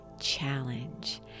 challenge